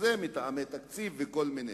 מטעמי תקציב וכל מיני.